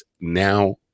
now